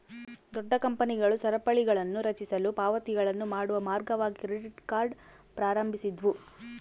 ದೊಡ್ಡ ಕಂಪನಿಗಳು ಸರಪಳಿಗಳನ್ನುರಚಿಸಲು ಪಾವತಿಗಳನ್ನು ಮಾಡುವ ಮಾರ್ಗವಾಗಿ ಕ್ರೆಡಿಟ್ ಕಾರ್ಡ್ ಪ್ರಾರಂಭಿಸಿದ್ವು